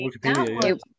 Wikipedia